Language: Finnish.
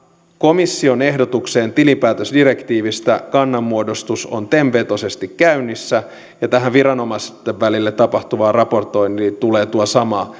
komission ehdotukseen tilinpäätösdirektiivistä on tem vetoisesti käynnissä ja tähän viranomaisten välille tapahtuvaan raportointiin tulee tuo sama